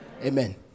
Amen